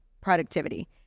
productivity